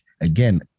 Again